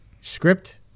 script